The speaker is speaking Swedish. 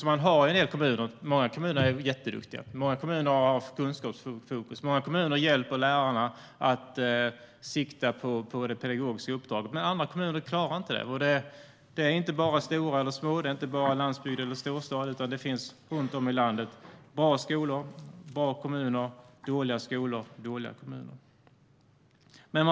Många kommuner är jätteduktiga, har kunskapsfokus och hjälper lärarna att sikta på det pedagogiska uppdraget, men andra kommuner klarar det inte. Det är inte bara stora eller små, inte bara landsbygd eller storstad, utan det finns runt om i landet bra skolor och bra kommuner, dåliga skolor och dåliga kommuner.